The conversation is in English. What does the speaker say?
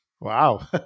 Wow